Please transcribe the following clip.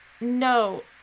No